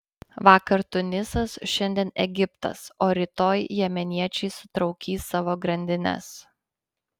vakar tunisas šiandien egiptas o rytoj jemeniečiai sutraukys savo grandines